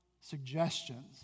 suggestions